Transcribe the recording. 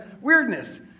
weirdness